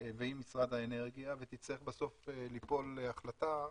ועם משרד האנרגיה, ותצטרך בסוף ליפול החלטה.